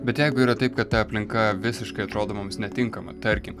bet jeigu yra taip kad ta aplinka visiškai atrodo mums netinkama tarkim